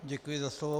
Děkuji za slovo.